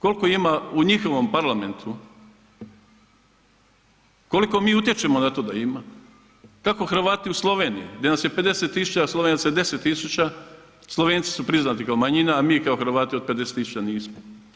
Koliko ima u njihovom parlamentu, koliko mi utječemo na to da ima, kako Hrvati u Sloveniji gdje nas je 50 tisuća a Slovenaca je 10 tisuća, Slovenci su priznati kao manjina a mi kao Hrvati od 50 tisuća nismo.